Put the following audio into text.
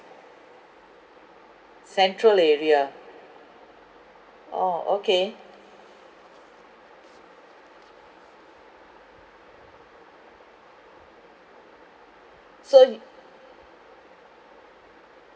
central area orh okay so you